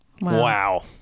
Wow